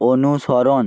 অনুসরণ